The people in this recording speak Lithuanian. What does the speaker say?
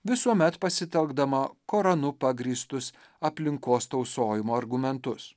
visuomet pasitelkdama koranu pagrįstus aplinkos tausojimo argumentus